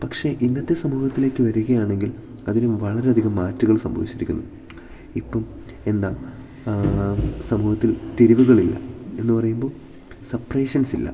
പക്ഷെ ഇന്നത്തെ സമൂഹത്തിലേക്ക് വരികയാണെങ്കിൽ അതിന് വളരെയധികം മാറ്റങ്ങൾ സംഭവിച്ചിരിക്കുന്നു ഇപ്പം എന്താ സമൂഹത്തിൽ തിരിവുകളില്ല എന്ന് പറയുമ്പോൾ സെപ്പറേഷൻസ് ഇല്ല